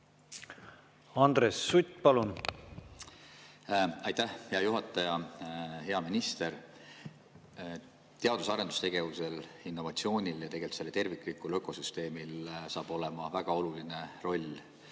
Andres Sutt, palun! Aitäh, hea juhataja! Hea minister! Teadus- ja arendustegevusel, innovatsioonil ja tegelikult sellel terviklikul ökosüsteemil saab olema väga oluline roll nii